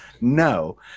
No